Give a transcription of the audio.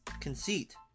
conceit